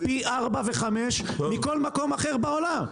מוכרים כאן דבש במחירים פי ארבעה וחמישה מכל מקום אחר בעולם.